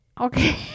Okay